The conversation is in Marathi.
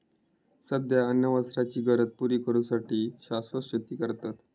सध्या अन्न वस्त्राचे गरज पुरी करू साठी शाश्वत शेती करतत